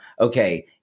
okay